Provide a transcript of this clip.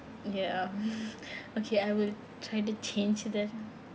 ya okay I will try to change this